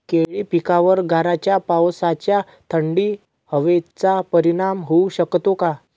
केळी पिकावर गाराच्या पावसाचा, थंड हवेचा परिणाम होऊ शकतो का?